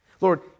Lord